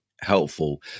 helpful